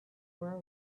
were